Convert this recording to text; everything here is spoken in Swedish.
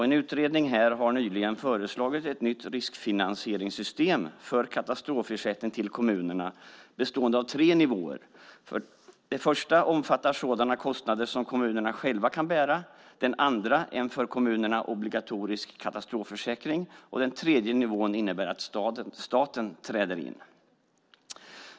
En utredning har nyligen föreslagit ett nytt riskfinansieringssystem för katastrofersättning till kommunerna bestående av tre nivåer. Den första omfattar sådana kostnader som kommunerna själva kan bära. Den andra är en för kommunerna obligatorisk katastrofförsäkring. Och den tredje nivån innebär att staten träder in.